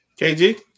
KG